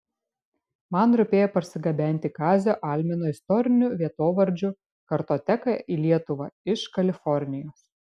man rūpėjo parsigabenti kazio almino istorinių vietovardžių kartoteką į lietuvą iš kalifornijos